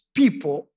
people